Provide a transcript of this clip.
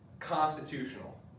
Constitutional